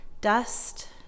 dust